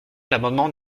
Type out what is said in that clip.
l’amendement